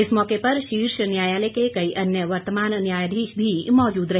इस मौके पर शीर्ष न्यायालय के कई अन्य वर्तमान न्यायाधीश भी मौजूद रहे